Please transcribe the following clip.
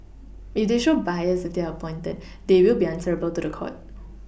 if they show bias if they are appointed they will be answerable to the court